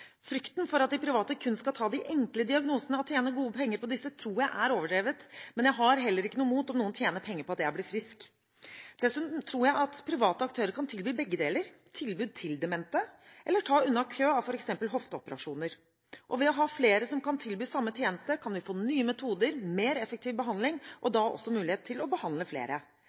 Frykten for at de private kun skal ta de enkle diagnosene og tjene gode penger på disse, tror jeg er overdrevet, men jeg har heller ikke noe imot om noen tjener penger på at jeg blir frisk. Dessuten tror jeg at private aktører kan tilby begge deler, tilbud til demente, eller å ta unna kø av f.eks. hofteoperasjoner. Ved å ha flere som kan tilby samme tjeneste kan vi få nye metoder, mer effektiv behandling og da også mulighet til å behandle flere.